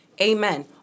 amen